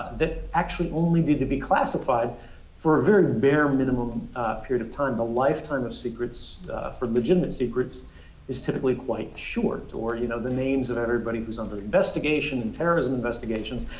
that actually only need to be classified for a very bare minimum period of time. the lifetime of secrets from legitimate secrets is typically quite short. or, you know, the names of everybody who is under investigation and terrorism investigations.